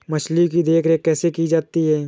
मछली की देखरेख कैसे की जाती है?